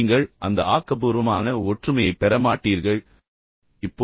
நீங்கள் அந்த ஆக்கபூர்வமான ஒற்றுமையைப் பெற மாட்டீர்கள் அது முரண்பாடாக மட்டுமே இருக்கும்